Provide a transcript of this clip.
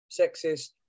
sexist